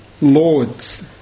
Lord's